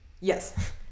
Yes